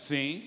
Sim